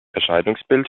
erscheinungsbild